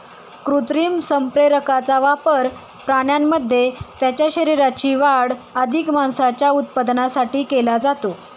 कृत्रिम संप्रेरकांचा वापर प्राण्यांमध्ये त्यांच्या शरीराची वाढ अधिक मांसाच्या उत्पादनासाठी केला जातो